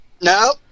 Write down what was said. No